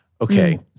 Okay